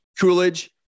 Coolidge